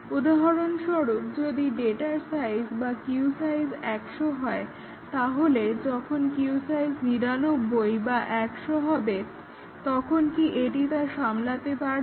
উদাহরণস্বরূপ যদি ডেটার সাইজ বা কিউ সাইজ 100 হয় তাহলে যখন কিউ সাইজ 99 বা 100 হয় তখন এটি কি তা সামলাতে পারবে